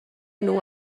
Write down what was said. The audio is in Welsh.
nhw